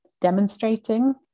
demonstrating